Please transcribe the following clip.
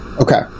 Okay